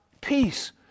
peace